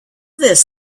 this